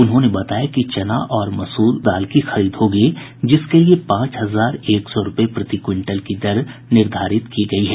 उन्होंने बताया कि चना और मसूर दाल की खरीद होगी जिसके लिए पांच हजार एक सौ रूपये प्रति क्विंटल की दर निर्धारित की गयी है